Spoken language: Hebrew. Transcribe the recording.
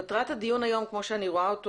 מטרת הדיון היום כמו שאני רואה אותו